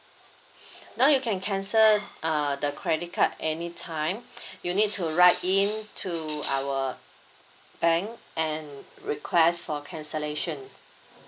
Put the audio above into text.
now you can cancel uh the credit card anytime you need to write in to our bank and request for cancellation